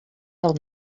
del